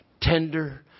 tender